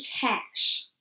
cash